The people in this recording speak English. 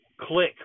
click